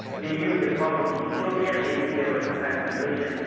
they knew the problems in ethiopia, they knew they were some kind of liberation,